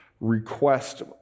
request